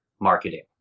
marketing